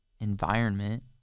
environment